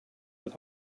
with